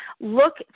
look